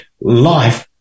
life